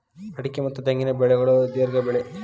ಅಡಿಕೆ ಮತ್ತ ತೆಂಗಿನ ಬೆಳೆಗಳು ದೇರ್ಘ ಬೆಳೆ